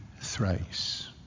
thrice